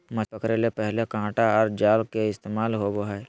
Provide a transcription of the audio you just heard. मछली पकड़े ले पहले कांटा आर जाल के ही इस्तेमाल होवो हल